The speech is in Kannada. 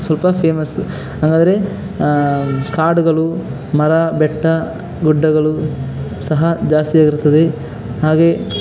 ಸ್ವಲ್ಪ ಫೇಮಸ್ ಹಂಗದ್ರೆ ಕಾಡುಗಳು ಮರ ಬೆಟ್ಟ ಗುಡ್ಡಗಳು ಸಹ ಜಾಸ್ತಿಯಾಗಿರುತ್ತದೆ ಹಾಗೇ